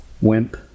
Wimp